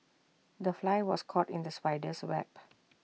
the fly was caught in the spider's web